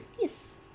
Yes